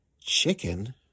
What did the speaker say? chicken